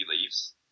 leaves